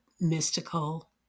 mystical